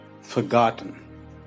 forgotten